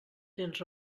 tens